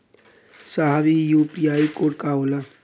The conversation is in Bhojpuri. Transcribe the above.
साहब इ यू.पी.आई कोड का होला?